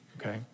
okay